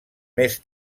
més